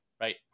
right